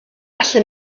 allan